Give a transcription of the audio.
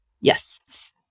Yes